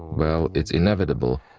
well, it's inevitable.